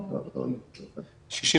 אפשר להסתכל גם לגבי האנשים שנשארו בבית